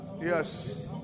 Yes